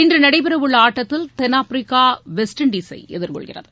இன்று நடைபெறவுள்ள ஆட்டத்தில் தென்னாப்பிரிக்கா வெஸ்ட் இண்டலை எதிர்கொள்கிறது